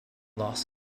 loss